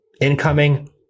Incoming